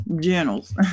journals